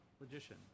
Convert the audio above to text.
logician